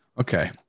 Okay